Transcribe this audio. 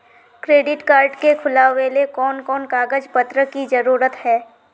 Credit card के खुलावेले कोन कोन कागज पत्र की जरूरत है?